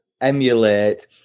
emulate